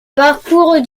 parcours